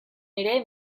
ere